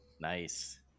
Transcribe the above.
Nice